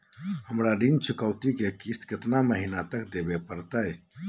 हमरा ऋण चुकौती के किस्त कितना महीना तक देवे पड़तई?